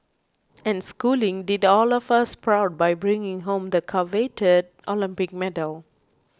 and Schooling did all of us proud by bringing home the coveted Olympic medal